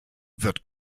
wird